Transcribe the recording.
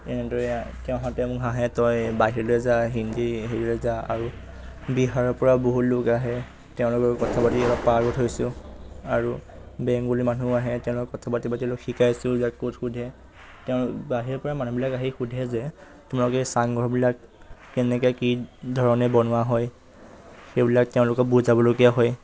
এনেদৰে সিহঁতে মোক হাঁহে তই বাহিৰলৈ যা হিন্দী হেৰিলৈ যা আৰু বিহাৰৰপৰাও বহুত লোক আহে তেওঁলোকৰ কথা পাতি অলপ পাৰোঁ হৈছোঁ আৰু বেংগলী মানুহো আহে তেওঁলোক কথা পাতি পাতি অলপ শিকাইছোঁ ক'ত সোধে তেওঁ বাহিৰৰপৰা মানুহবিলাক আহি সোধে যে তোমালোকে এই চাংঘৰবিলাক কেনেকৈ কি ধৰণে বনোৱা হয় সেইবিলাক তেওঁলোকক বুজাবলগীয়া হয়